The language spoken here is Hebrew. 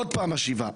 עוד פעם משיבה,